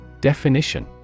Definition